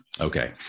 Okay